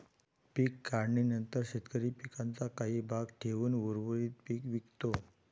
पीक काढणीनंतर शेतकरी पिकाचा काही भाग ठेवून उर्वरित पीक विकतो